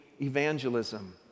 Evangelism